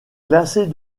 classée